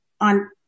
on